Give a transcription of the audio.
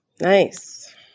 Nice